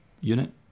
unit